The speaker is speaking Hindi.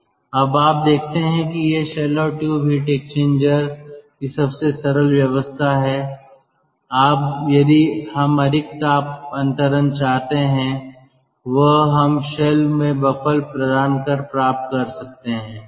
अब आप देखते हैं कि यह शेल और ट्यूब हीट एक्सचेंजर की सबसे सरल व्यवस्था है अब यदि हम अधिक ताप अंतरण चाहते हैं वह हम शेल में बफ़ल प्रदान कर प्राप्त कर सकते हैं